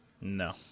No